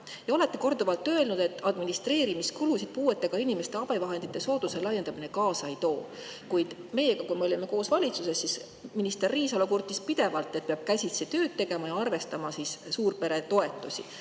te olete korduvalt öelnud, et administreerimiskulusid puuetega inimeste abivahendite soodustuse laiendamine kaasa ei too. Kuid kui me olime koos valitsuses, siis minister Riisalo kurtis pidevalt, et peab käsitsi tööd tegema ja arvestama suurperede toetusi.